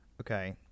Okay